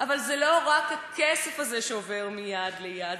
אבל זה לא רק הכסף הזה שעובר מיד ליד,